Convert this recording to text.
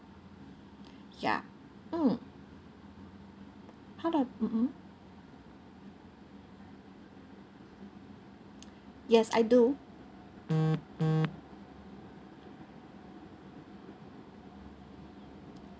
ya mm how about mm yes I do